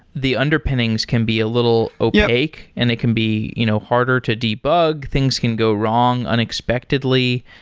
the underpinnings can be a little opaque and they can be you know harder to debug. things can go wrong unexpectedly.